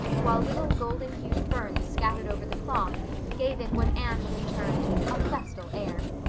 while little golden-hued ferns scattered over the cloth gave it what anne would have termed a festal air.